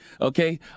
Okay